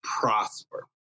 prosper